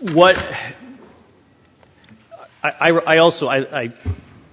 what i also i